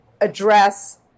address